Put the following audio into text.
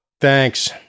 Thanks